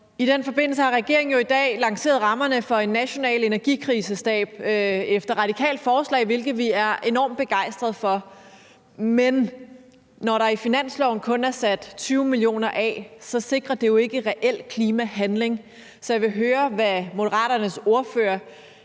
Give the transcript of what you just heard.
i den forbindelse har regeringen jo i dag lanceret rammerne for en national energikrisestab efter et radikalt forslag, hvilket vi er enormt begejstrede for. Men når der i finansloven kun er sat 20 mio. kr. af til det, sikrer det jo ikke reel klimahandling. Så jeg vil høre, hvad Moderaternes ordfører